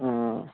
অঁ